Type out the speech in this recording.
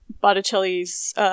Botticelli's